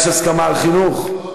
יש הסכמה על חינוך?